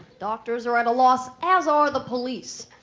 doctors are at a loss, as ah are the police.